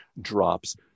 drops